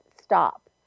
stop